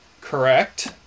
Correct